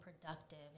productive